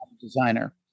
designer